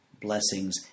blessings